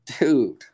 Dude